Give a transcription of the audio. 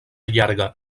llarga